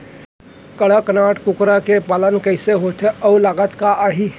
कड़कनाथ कुकरा के पालन कइसे होथे अऊ लागत का आही?